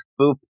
boop